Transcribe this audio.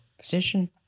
position